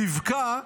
רבקה,